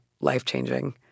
life-changing